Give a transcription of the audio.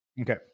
Okay